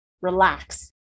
relax